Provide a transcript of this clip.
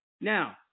Now